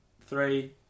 Three